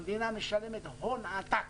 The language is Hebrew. המדינה משלמת הון עתק